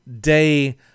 day